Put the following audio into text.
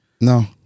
No